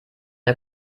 der